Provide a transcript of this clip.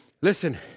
listen